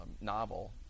novel